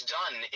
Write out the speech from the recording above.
done